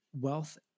wealth